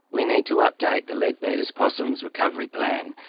we need to update the leadbeater's possums' recovery plan.